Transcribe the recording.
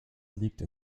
liegt